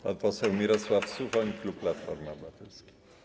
Pan poseł Mirosław Suchoń, klub Platformy Obywatelskiej.